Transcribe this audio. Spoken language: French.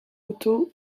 couteaux